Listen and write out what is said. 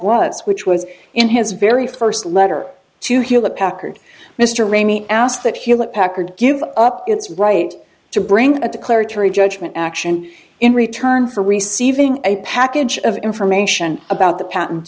was which was in his very first letter to hewlett packard mr rayney asked that hewlett packard give up its right to bring a declaratory judgment action in return for receiving a package of information about the pat